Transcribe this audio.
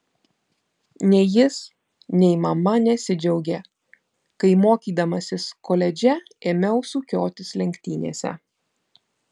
nei jis nei mama nesidžiaugė kai mokydamasis koledže ėmiau sukiotis lenktynėse